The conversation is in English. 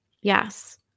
Yes